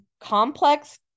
complex